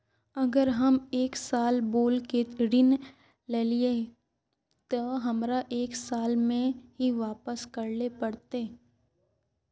अगर हम एक साल बोल के ऋण लालिये ते हमरा एक साल में ही वापस करले पड़ते?